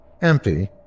empty